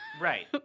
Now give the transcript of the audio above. Right